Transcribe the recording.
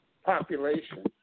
population